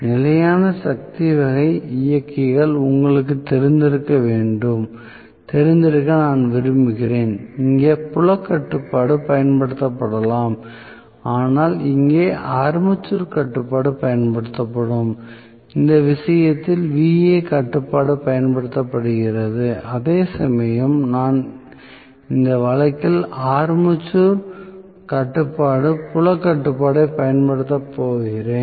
நிலையான சக்தி வகை இயக்கியை உங்களுக்குத் தெரிந்திருக்க நான் விரும்புகிறேன் இங்கே புலக் கட்டுப்பாடு பயன்படுத்தப்படலாம் ஆனால் இங்கே ஆர்மேச்சர் கட்டுப்பாடு பயன்படுத்தப்படும் இந்த விஷயத்தில் Va கட்டுப்பாடு பயன்படுத்தப்படுகிறது அதேசமயம் நான் இந்த வழக்கில் ஆர்மேச்சர் கட்டுப்பாட்டு புலக் கட்டுப்பாட்டைப் பயன்படுத்தப் போகிறேன்